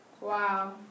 Wow